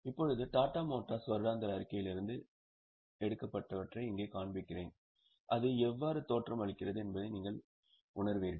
இப்போது டாடா மோட்டார்ஸ் வருடாந்திர அறிக்கையிலிருந்து எடுக்கப்பட்டவற்றை இங்கே காண்பிக்கிறேன் அது எவ்வாறு தோற்றமளிக்கிறது என்பதை நீங்கள் உண்மையில் உணருவீர்கள்